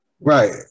Right